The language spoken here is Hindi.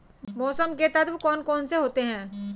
मौसम के तत्व कौन कौन से होते हैं?